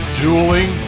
Dueling